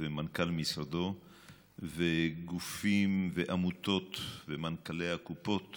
ומנכ"ל משרדו וגופים ועמותות ומנכ"לי הקופות